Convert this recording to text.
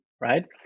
right